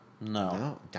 No